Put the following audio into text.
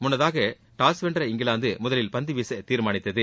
முன்னதாக டாஸ் வென்ற இங்கிலாந்து முதலில் பந்துவீச தீாமானித்தது